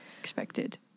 expected